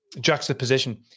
juxtaposition